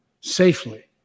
safely